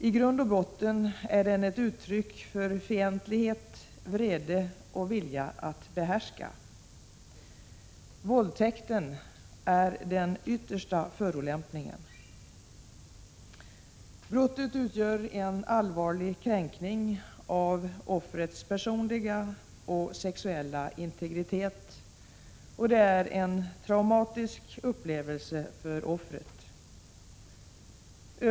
I grund och botten är den ett uttryck för fientlighet, vrede och vilja att behärska. Våldtäkten är den yttersta förolämpningen. Brottet utgör en allvarlig kränkning av offrets personliga och sexuella integritet och är en traumatisk upplevelse för offret.